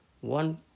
One